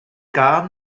gar